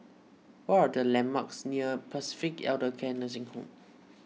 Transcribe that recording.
what are the landmarks near Pacific Elder Care Nursing Home